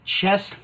Chest